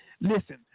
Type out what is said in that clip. Listen